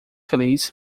feliz